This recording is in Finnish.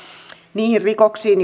niihin rikoksiin